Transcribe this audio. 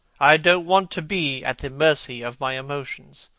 i don't want to be at the mercy of my emotions.